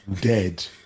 dead